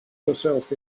yourself